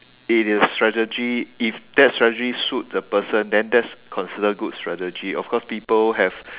it is strategy if that strategy suit the person then that's considered good strategy of course people have